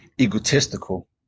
egotistical